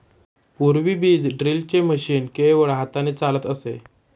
पूर्वी बीज ड्रिलचे मशीन केवळ हाताने चालत असे